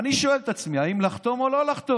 אני שואל את עצמי אם לחתום או לא לחתום.